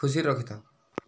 ଖୁସିରେ ରଖିଥାଉ